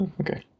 Okay